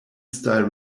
style